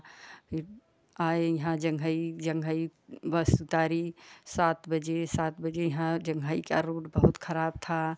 फिर आए यहाँ जंघई जंघई बस उतारी सात बजे सात बजे यहाँ जंघई का रोड बहुत खराब था